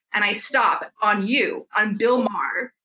and i stop on you, on bill maher,